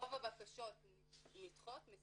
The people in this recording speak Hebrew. רוב הבקשות מסורבות